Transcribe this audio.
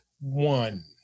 one